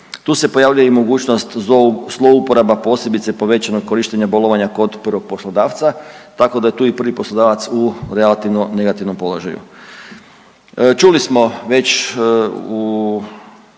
Tu se pojavljuje i mogućnost zlouporaba, posebice povećanog korištenja bolovanja kod prvog poslodavca, tako da je tu i prvi poslodavac u relativno negativnom položaju. Čuli smo već u